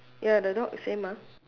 ya the dog same ah